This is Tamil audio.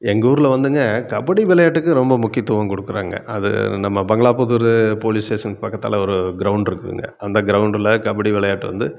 எங்கள் ஊரில் வந்துங்க கபடி விளையாட்டுக்கு ரொம்ப முக்கியத்துவம் கொடுக்குறாங்க அது நம்ம பங்களாபுதூர் போலீஸ் ஸ்டேஷனுக்கு பக்கத்தில ஒரு கிரவுண்ட் இருக்குதுங்க அந்த கிரவுண்டில் கபடி விளையாட்டு வந்து